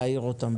להעיר אותן,